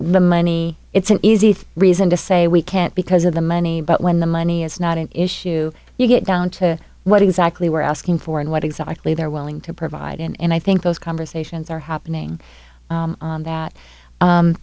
the money it's an easy reason to say we can't because of the money but when the money is not an issue you get down to what exactly we're asking for and what exactly they're willing to provide and i think those conversations are happening that so that